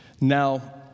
Now